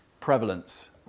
prevalence